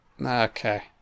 okay